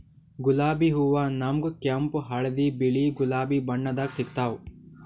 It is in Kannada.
ಗುಲಾಬಿ ಹೂವಾ ನಮ್ಗ್ ಕೆಂಪ್ ಹಳ್ದಿ ಬಿಳಿ ಗುಲಾಬಿ ಬಣ್ಣದಾಗ್ ಸಿಗ್ತಾವ್